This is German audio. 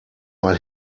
mal